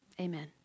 Amen